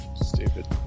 Stupid